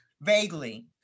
Vaguely